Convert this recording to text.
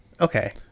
Okay